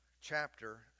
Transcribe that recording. chapter